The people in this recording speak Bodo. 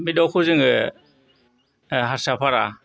बे दावखौ जोङो हारसापारा